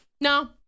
no